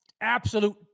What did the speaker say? absolute